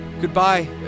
Goodbye